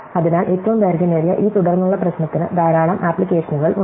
അതിനാൽ ഏറ്റവും ദൈർഘ്യമേറിയ ഈ തുടർന്നുള്ള പ്രശ്നത്തിന് ധാരാളം ആപ്ലിക്കേഷനുകൾ ഉണ്ട്